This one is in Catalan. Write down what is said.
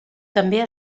també